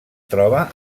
troba